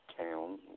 town